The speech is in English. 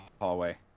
hallway